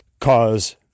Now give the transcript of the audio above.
cause